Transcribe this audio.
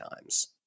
times